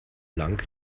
lang